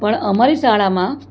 પણ અમારી શાળામાં